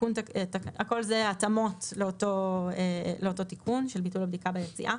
(הכל זה התאמות לאותו תיקון של ביטול הבדיקה ביציאה